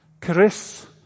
Chris